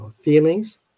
feelings